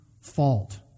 fault